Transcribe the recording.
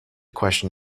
question